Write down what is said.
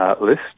list